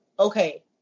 okay